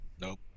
Nope